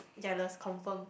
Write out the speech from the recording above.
jealous confirm